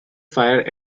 fire